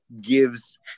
gives